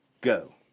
Go